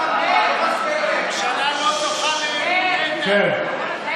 הממשלה לא זוכה לאמון, איתן.